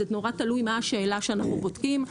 זה תלוי מה השאלה שאנחנו בודקים.